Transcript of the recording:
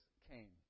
came